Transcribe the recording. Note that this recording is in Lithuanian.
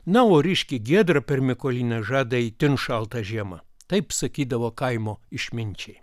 na o ryški giedra per mykolines žada itin šaltą žiemą taip sakydavo kaimo išminčiai